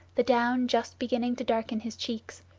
the down just beginning to darken his cheeks.